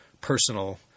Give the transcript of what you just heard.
personal